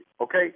Okay